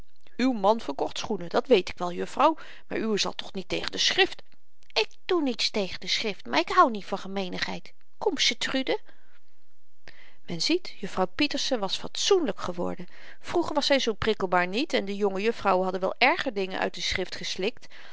uw man verkocht schoenen dat weet ik wel jufvrouw maar uwe zal toch niet tegen de schrift ik doe niets tegen de schrift maar ik houd niet van gemeenigheid kom sertrude men ziet jufvrouw pieterse was fatsoenlyk geworden vroeger was zy zoo prikkelbaar niet en de jonge jufvrouwen hadden wel erger dingen uit die schrift geslikt